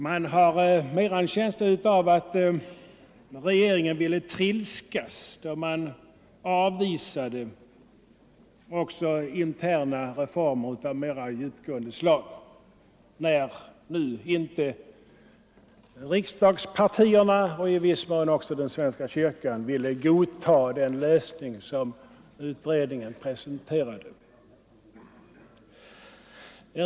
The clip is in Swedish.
Man har mer en känsla av att regeringen ville trilskas då den avvisade också interna reformer av djupgående slag när nu inte riksdagspartierna, och i viss mån inte heller svenska kyrkan, ville godta den principlösning som utredningen presenterade.